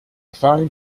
phone